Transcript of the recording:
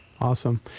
Awesome